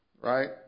right